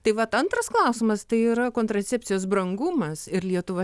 tai vat antras klausimas tai yra kontracepcijos brangumas ir lietuva